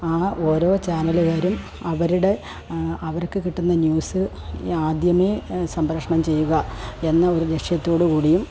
ആ ഓരോ ചേനലുകാരും അവരുടെ അവര്ക്കു കിട്ടുന്ന ന്യൂസ് ആദ്യമേ സംപ്രേഷണംചെയ്യുക എന്ന ഒരു ലക്ഷ്യത്തോടുകൂടിയും